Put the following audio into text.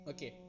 Okay